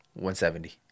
170